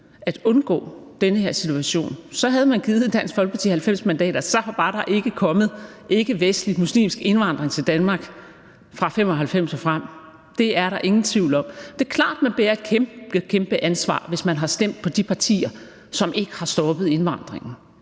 at undgå den her situation, så havde man givet Dansk Folkeparti 90 mandater, og så var der ikke kommet ikkevestlig muslimsk indvandring til Danmark fra 1995 og frem. Det er der ingen tvivl om. Det er klart, at man bærer et kæmpeansvar, hvis man har stemt på de partier, som ikke har stoppet indvandringen.